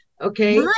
Okay